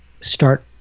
start